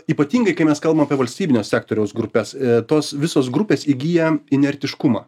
ypatingai kai mes kalbam apie valstybinio sektoriaus grupes tos visos grupės įgyja inertiškumą